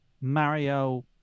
Mario